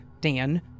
Dan